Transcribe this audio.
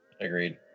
agreed